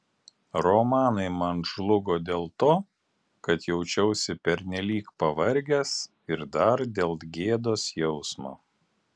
romanai man žlugo dėl to kad jaučiausi pernelyg pavargęs ir dar dėl gėdos jausmo